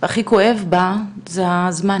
והכי כואב בה הוא הזמן,